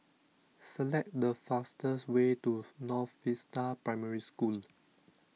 select the fastest way to North Vista Primary School